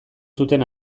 zuten